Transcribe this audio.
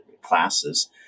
classes